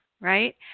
right